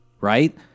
right